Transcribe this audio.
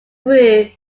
grew